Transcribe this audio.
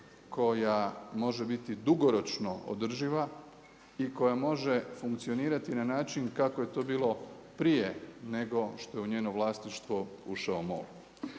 koja može biti dugoročno održiva i koja može funkcionirati na način kako je to bilo prije nego što je u njegovo vlasništvo ušao MOL.